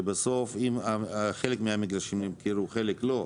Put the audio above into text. שבסוף חלק מהמגרשים נמכרו, חלק לא.